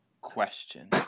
question